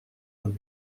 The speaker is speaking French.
comme